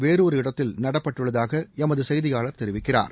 வேறு ஒரு இடத்தில் நடப்பட்டுள்ளதாக எமது செய்தியாளர் தெரிவிக்கிறார்